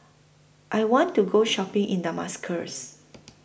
I want to Go Shopping in Damascus